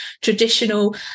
traditional